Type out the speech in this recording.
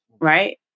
right